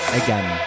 again